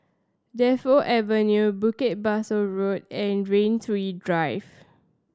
Defu Avenue Bukit Pasoh Road and Rain Tree Drive